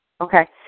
Okay